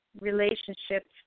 relationships